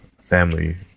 family